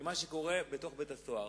ממה שקורה בתוך בית-הסוהר,